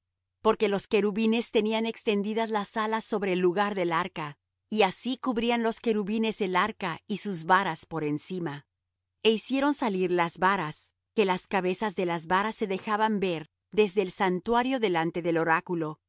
porque los querubines tenían extendidas las alas sobre el lugar del arca y así cubrían los querubines el arca y sus varas por encima e hicieron salir las varas que las cabezas de las varas se dejaban ver desde el santuario delante del oráculo